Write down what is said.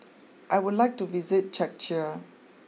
I would like to visit Czechia